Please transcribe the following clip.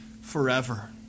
forever